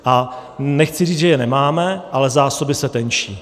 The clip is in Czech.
A nechci říct, že je nemáme, ale zásoby se tenčí.